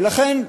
ולכן,